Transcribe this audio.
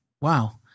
wow